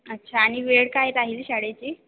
अच्छा आणि वेळ काय राहील शाळेची